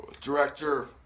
director